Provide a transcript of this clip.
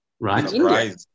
Right